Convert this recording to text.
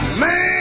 man